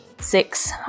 six